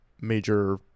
major